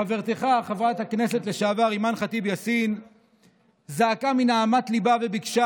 חברתך חברת הכנסת לשעבר אימאן חטיב יאסין זעקה מנהמת ליבה וביקשה